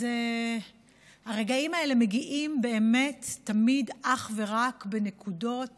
אז הרגעים האלה מגיעים באמת תמיד אך ורק בנקודות